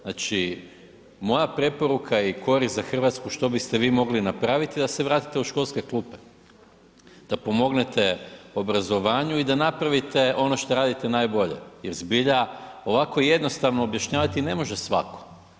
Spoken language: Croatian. Znači, moja preporuka je i korist za RH što biste vi mogli napravit da se vratite u školske klupe, da pomognete obrazovanju i da napravite ono šta radite najbolje jer zbilja ovako jednostavno objašnjavati ne može svako.